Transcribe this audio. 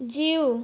जीउ